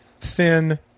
thin